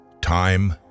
Time